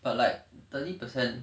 but like thirty percent